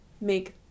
make